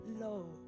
low